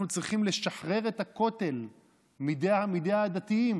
אנחנו צריכים לשחרר את הכותל מידי הדתיים,